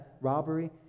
robbery